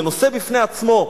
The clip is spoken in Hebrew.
זה נושא בפני עצמו,